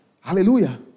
Hallelujah